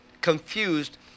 confused